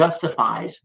justifies